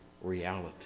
reality